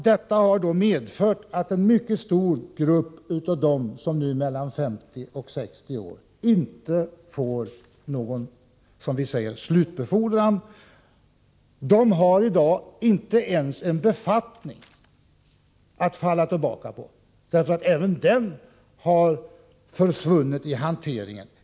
Detta har medfört att en mycket stor grupp av dem som nu är mellan 50 och 60 år inte får någon s.k. slutbefordran. De har i dag inte ens en befattning att falla tillbaka på, därför att även den har försvunnit i hanteringen.